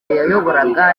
yayoboraga